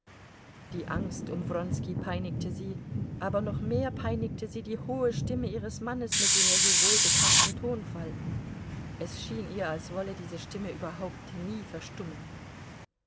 die angst um wronski peinigte sie aber noch mehr peinigte sie die hohe stimme ihres mannes mit dem ihr so wohlbekannten tonfall es schien ihr als wolle diese stimme überhaupt nie verstummen